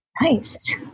nice